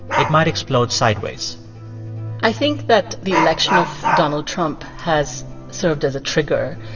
it might explode sideways i think that the election of donald trump has served as a trigger,